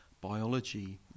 biology